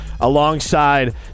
alongside